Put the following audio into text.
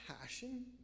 passion